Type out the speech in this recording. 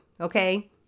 okay